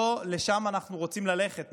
לא לשם אנחנו רוצים ללכת.